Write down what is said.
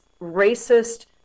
racist